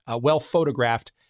well-photographed